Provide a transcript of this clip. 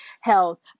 health